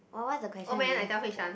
what what the question again